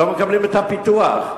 לא מקבלים את הפיתוח.